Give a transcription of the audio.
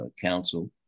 council